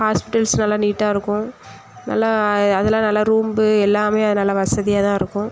hospitals நல்லா நீட்டாக இருக்கும் நல்லா அதலாம் நல்லா ரூம்பு எல்லாம் அது நல்லா வசதியாக தான் இருக்கும்